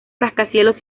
rascacielos